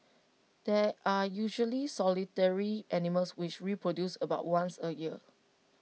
there are usually solitary animals which reproduce about once A year